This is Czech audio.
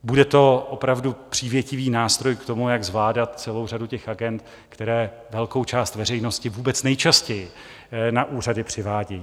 Bude to opravdu přívětivý nástroj k tomu, jak zvládat celou řadu těch agend, které velkou část veřejnosti vůbec nejčastěji na úřady přivádějí.